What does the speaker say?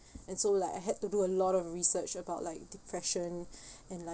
and so like I had to do a lot of research about like depression and like